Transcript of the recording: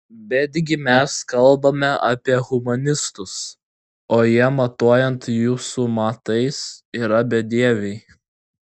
betgi mes kalbame apie humanistus o jie matuojant jūsų matais yra bedieviai